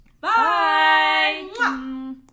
bye